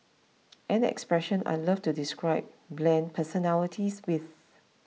an expression I love to describe bland personalities with